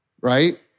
right